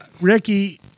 Ricky